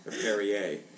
Perrier